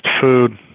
food